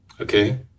Okay